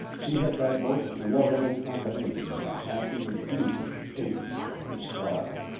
he had that most lovable combination of a happy and reasoning patience under trial,